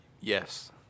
Yes